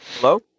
Hello